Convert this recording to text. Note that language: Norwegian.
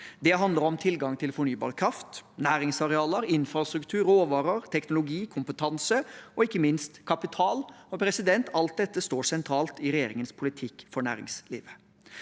Det handler om tilgang til fornybar kraft, næringsarealer, infrastruktur, råvarer, teknologi, kompetanse og ikke minst kapital. Alt dette står sentralt i regjeringens politikk for næringslivet.